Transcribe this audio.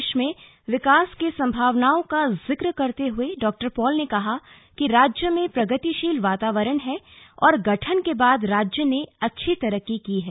प्रदेश में विकास की संभावनों का जिक्र करते हुए डॉ पॉल ने कहा कि राज्य में प्रगतिशील वातावरण है और गठन के बाद राज्य ने अच्छी तरक्की की है